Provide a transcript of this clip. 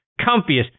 comfiest